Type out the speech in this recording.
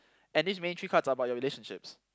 and this main three cards are about your relationships